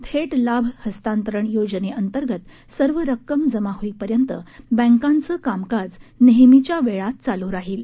थलाभ हस्तांतरण योजनक्कीर्गत सर्व रक्कम जमा होईपर्यंत बँकांचक्रिमकाज नह्य्रीच्या वळित चालू राहील